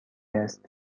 است